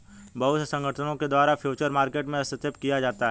बहुत से संगठनों के द्वारा फ्यूचर मार्केट में हस्तक्षेप किया जाता है